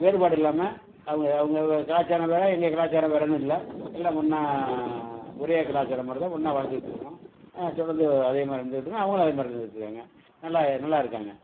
வேறுபாடு இல்லாமல் அவங்க அவங்க வ கலாச்சாரம் வேறு எங்கள் கலாச்சாரம் வேறுன்னு இல்லை எல்லாம் ஒன்னாக ஒரே கலாச்சாரம் மாதிரி தான் ஒன்னாக வாழ்ந்துகிட்டுருக்கோம் தொடர்ந்து அதே மாதிரி இருந்துகிட்ருக்கோம் அவங்களும் அதே மாதிரி இருந்துகிட்டுருக்காங்க நல்லா நல்லா இருக்காங்க